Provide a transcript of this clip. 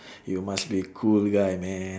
you must be cool guy man